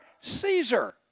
Caesar